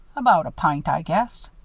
about a pint, i guess,